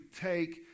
take